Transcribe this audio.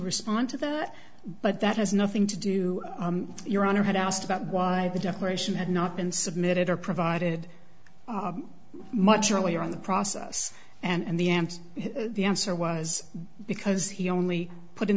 respond to that but that has nothing to do your honor had asked about why the declaration had not been submitted or provided much earlier in the process and the amps the answer was because he only put in